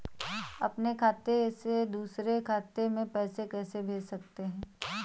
अपने खाते से दूसरे खाते में पैसे कैसे भेज सकते हैं?